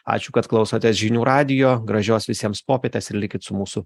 ačiū kad klausotės žinių radijo gražios visiems popietės ir likit su mūsų